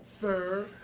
sir